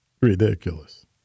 Ridiculous